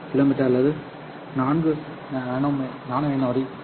me அல்லது 4 nano விநாடி கி